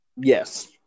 Yes